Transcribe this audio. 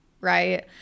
right